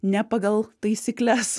ne pagal taisykles